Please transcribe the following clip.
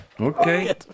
Okay